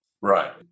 right